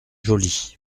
joli